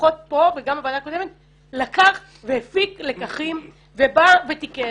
ובוועדה הקודמת, הפיק לקחים ותיקן.